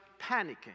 panicking